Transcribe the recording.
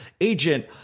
agent